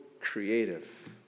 creative